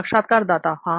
साक्षात्कारदाता हां